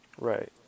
Right